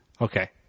Okay